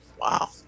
Wow